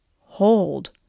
hold